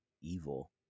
evil